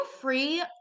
free